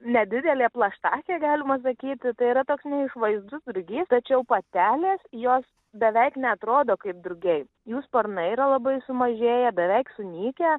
nedidelė plaštakė galima sakyti tai yra toks neišvaizdus rugiai tačiau patelės jos beveik neatrodo kaip drugiai jų sparnai yra labai sumažėja beveik sunykę